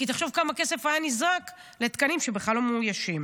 כי תחשוב כמה כסף היה נזרק על תקנים שבכלל לא מאוישים.